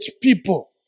people